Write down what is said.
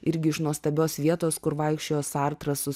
irgi iš nuostabios vietos kur vaikščiojo sartras su